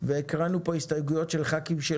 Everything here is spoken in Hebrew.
לא